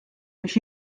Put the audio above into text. biex